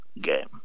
game